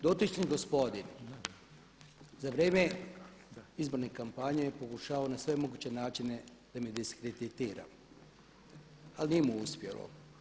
Dotični gospodin za vrijeme izborne kampanje je pokušavao na sve moguće načine da me diskreditira ali nije mu uspjelo.